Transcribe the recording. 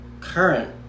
current